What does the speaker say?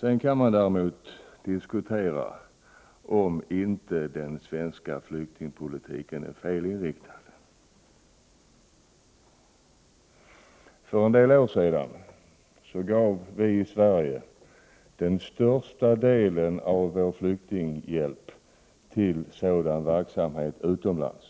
Däremot kan man diskutera om inte den svenska flyktingpolitiken är felinriktad. För en del år sedan gav vi i Sverige den största delen av vår flyktinghjälp till sådan verksamhet utomlands.